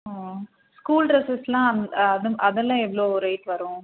ஓ school ட்ரெஸ்ஸஸுலாம் அது அதலாம் எவ்வளோ ரேட் வரும்